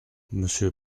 monsieur